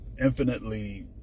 infinitely